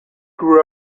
grew